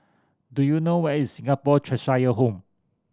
do you know where is Singapore Cheshire Home